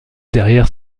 derrière